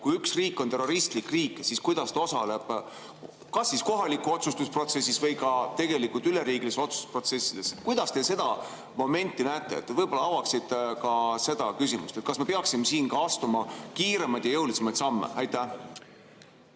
Kui üks riik on terroristlik riik, siis kuidas ta osaleb kas kohalikus otsustusprotsessis või üleriigilistes otsustusprotsessides? Kuidas te seda momenti näete? Võib-olla te avaksite ka seda küsimust. Kas me peaksime siin astuma kiiremaid ja jõulisemaid samme? Suur